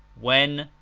when,